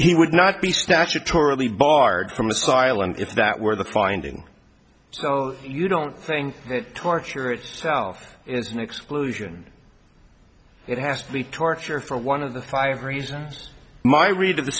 he would not be statutorily barred from asylum if that were the finding so you don't think torture itself is an exclusion it has to be torture for one of the five reasons my read of the